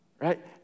right